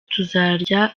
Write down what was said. tuzarya